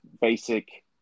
basic